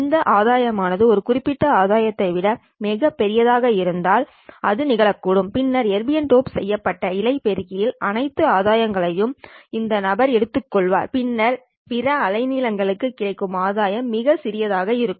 இந்த ஆதாயம் ஆனது இந்த குறிப்பிட்ட ஆதாயத்தை விட மிகப் பெரியதாக இருந்தால் அது நிகழக்கூடும் பின்னர் எர்பியம் டோப் செய்யப்பட்ட இழை பெருக்கியின் அனைத்து ஆதாயம்களையும் இந்த நபர் எடுத்துக்கொள்வார் பின்னர் பிற அலைநீளம்களுக்கு கிடைக்கும் ஆதாயம் மிகச் சிறியதாக இருக்கும்